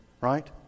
right